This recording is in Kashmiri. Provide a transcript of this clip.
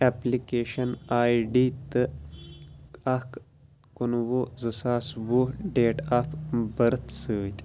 ایپلِکیشن آئی ڈی تہٕ اکھ کُنوُہ زٕ ساس وُہ ڈیٹ آف بٔرِتھ سۭتۍ